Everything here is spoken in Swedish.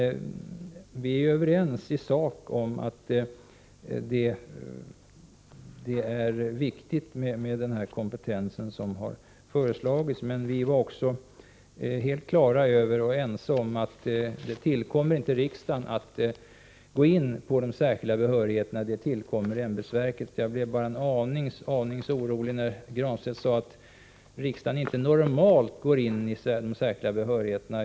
Vi är överens i sak om att det är viktigt med den kompetens som föreslås. Vi var också helt på det klara med och överens om att det inte tillkommer riksdagen att gå in på de särskilda behörigheterna. Det tillkommer ämbetsverket. Jag blev bara en aning orolig när Pär Granstedt sade att riksdagen inte normalt går in i de särskilda behörigheterna.